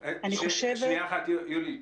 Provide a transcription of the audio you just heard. שנייה אחת, יולי.